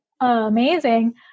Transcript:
amazing